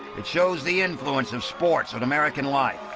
it shows the influence of sports on american life.